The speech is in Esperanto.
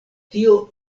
tio